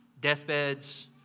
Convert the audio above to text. deathbeds